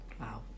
Wow